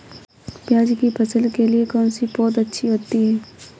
प्याज़ की फसल के लिए कौनसी पौद अच्छी होती है?